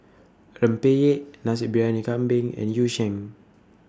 Rempeyek Nasi Briyani Kambing and Yu Sheng